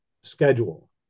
schedule